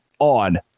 on